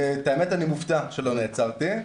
את האמת אני מופתע שלא נעצרתי,